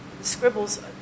scribbles